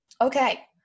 Okay